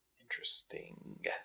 Interesting